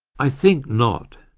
i think not.